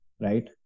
Right